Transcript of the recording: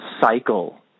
cycle